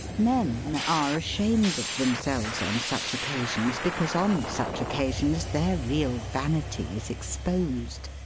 men are ashamed of themselves on such occasions because on such occasions their real vanity is exposed.